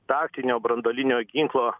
taktinio branduolinio ginklo